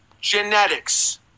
genetics